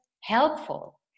helpful